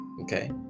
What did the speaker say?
okay